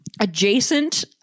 adjacent